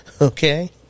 okay